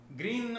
green